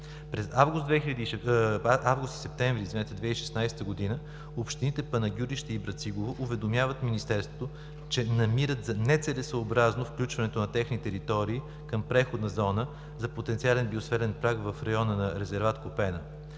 През август и септември 2016 г. общините Пещера и Брацигово уведомяват Министерството, че намират за нецелесъобразно включването на техни територии към преходна зона за потенциален биосферен парк в района на резерват „Купена“.